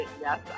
yes